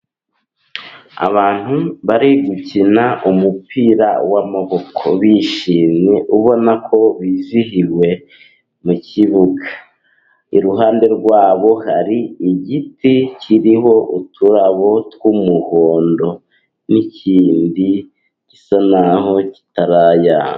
Abantu bari gukina umupira w'amaboko bishimye, ubona ko bizihiwe. Mu kibuga iruhande rwabo hari igiti kiriho uturabo tw'umuhondo n'ikindi gisa n'aho kitarayanga.